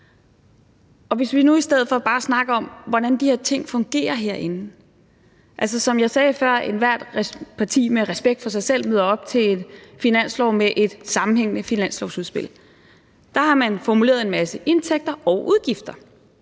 Vi kan i stedet for bare snakke om, hvordan de her ting fungerer herinde. Altså, som jeg sagde før, møder ethvert parti med respekt for sig selv op til finanslovforhandlingerne med et sammenhængende finanslovudspil, hvor man har formuleret en masse indtægter og udgifter,